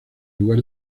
lugar